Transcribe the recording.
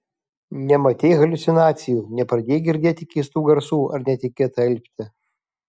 nematei haliucinacijų nepradėjai girdėti keistų garsų ar netikėtai alpti